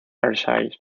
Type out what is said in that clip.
ayrshire